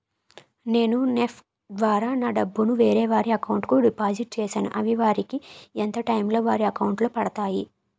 నేను నెఫ్ట్ ద్వారా నా డబ్బు ను వేరే వారి అకౌంట్ కు డిపాజిట్ చేశాను అవి వారికి ఎంత టైం లొ వారి అకౌంట్ లొ పడతాయి?